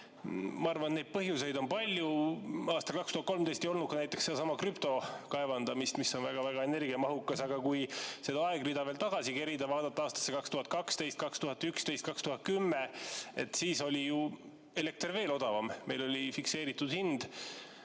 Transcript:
Ma arvan, et neid põhjuseid on palju. Aastal 2013 ei olnud ka näiteks sedasama krüptokaevandamist, mis on väga-väga energiamahukas. Aga kui seda aegrida veel tagasi kerida, vaadata aastatesse 2012, 2011, 2010, siis oli ju elekter veel odavam, meil oli fikseeritud hind.